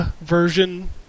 version